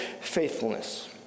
faithfulness